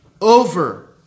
over